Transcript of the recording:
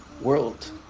world